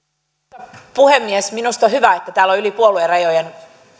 arvoisa puhemies minusta on hyvä että täällä on yli puoluerajojen